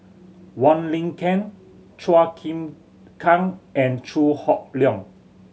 Wong Lin Ken Chua Chim Kang and Chew Hock Leong